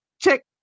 check